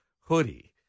hoodie